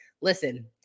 listen